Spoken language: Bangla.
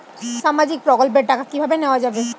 সামাজিক প্রকল্পের টাকা কিভাবে নেওয়া যাবে?